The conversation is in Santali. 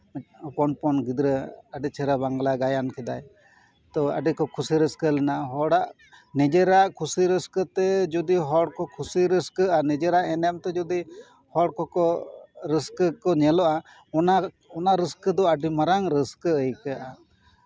ᱦᱚᱯᱚᱱ ᱦᱚᱯᱚᱱ ᱜᱤᱫᱽᱨᱟᱹ ᱟᱹᱰᱤ ᱪᱮᱦᱨᱟ ᱵᱟᱝᱞᱟ ᱜᱟᱭᱟᱱ ᱠᱮᱫᱟᱭ ᱛᱳ ᱟᱹᱰᱤ ᱠᱚ ᱠᱩᱥᱤ ᱨᱟᱹᱥᱠᱟᱹ ᱞᱮᱱᱟ ᱦᱚᱲᱟᱜ ᱱᱤᱡᱮᱨᱟᱜ ᱠᱩᱥᱤ ᱨᱟᱹᱥᱠᱟᱹ ᱛᱮ ᱡᱚᱫᱤ ᱦᱚᱲ ᱠᱚ ᱠᱩᱥᱤ ᱨᱟᱹᱥᱠᱟᱹᱜᱼᱟ ᱱᱤᱡᱮᱨᱟᱜ ᱮᱱᱮᱢ ᱛᱮ ᱡᱩᱫᱤ ᱦᱚᱲ ᱠᱚᱠᱚ ᱨᱟᱹᱥᱠᱟᱹ ᱠᱚ ᱧᱮᱞᱚᱜᱼᱟ ᱚᱱᱟ ᱚᱱᱟ ᱨᱟᱹᱥᱠᱟᱹ ᱫᱚ ᱟᱹᱰᱤ ᱢᱟᱨᱟᱝ ᱨᱟᱹᱥᱠᱟᱹ ᱟᱹᱭᱠᱟᱹᱜᱼᱟ